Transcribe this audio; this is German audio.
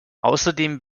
außerdem